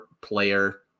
player